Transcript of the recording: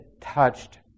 touched